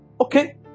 Okay